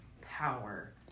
power